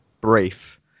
brief